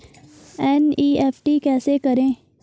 NEFT कैसे करें?